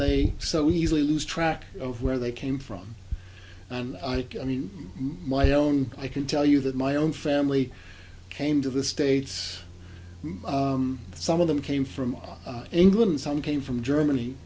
they so easily lose track of where they came from and i mean my own i can tell you that my own family came to the states some of them came from england some came from